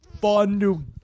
fun